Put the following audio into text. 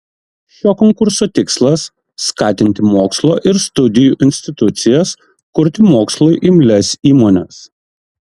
šio konkurso tikslas skatinti mokslo ir studijų institucijas kurti mokslui imlias įmones